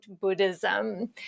Buddhism